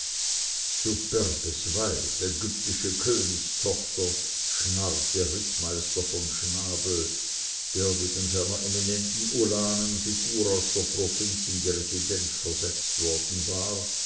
ägyptische königstochter schnarrte rittmeister von schnabel der wegen seiner eminenten ulanenfigur aus der provinz in die residenz versetzt worden war